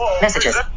messages